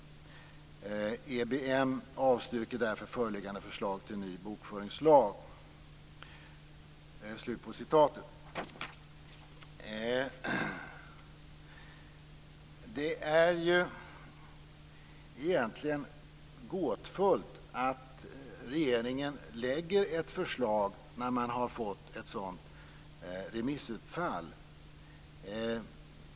EBM avstyrker därför föreliggande förslag till ny bokföringslag." Det är egentligen gåtfullt att regeringen lägger fram ett förslag när man har fått ett sådant remissutfall.